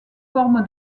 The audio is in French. forme